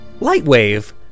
Lightwave